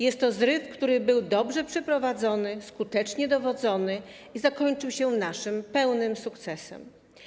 Jest to zryw, który był dobrze przeprowadzony, skutecznie dowodzony i zakończył się naszym pełnym sukcesem.